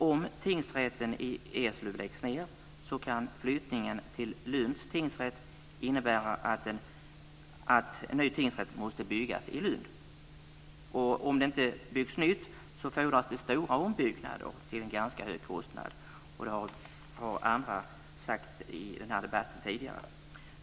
Om tingsrätten i Eslöv läggs ned, så kan flyttningen till Lunds tingsrätt innebära att en ny tingsrätt måste byggas i Lund. Och om det inte byggs nytt så fordras det stora ombyggnader till en ganska hög kostnad. Det har också andra sagt i denna debatt tidigare.